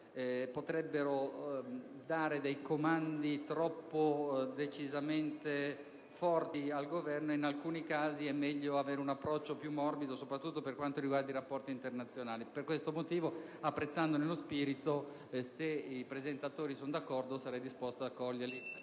potrebbero dare dei comandi decisamente troppo forti al Governo. In alcuni casi è meglio avere un approccio più morbido, soprattutto per quanto riguarda i rapporti internazionali. Per questo motivo, apprezzandone lo spirito, se i presentatori sono d'accordo, sono disposto ad accoglierli